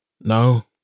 No